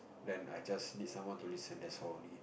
then I just need someone to listen that's all only